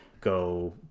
go